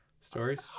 stories